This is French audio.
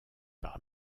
par